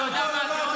על מה אתה מדבר?